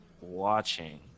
watching